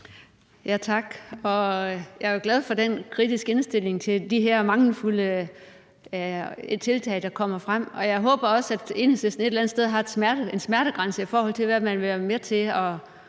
Tak. Jeg er glad for den kritiske indstilling til de her mangelfulde tiltag, der kommer frem, og jeg håber også, at Enhedslisten et eller andet sted har en smertegrænse i forhold til, hvad man vil være med til at